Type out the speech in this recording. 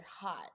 hot